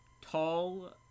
Tall